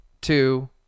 two